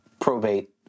probate